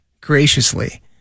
graciously